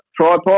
tripod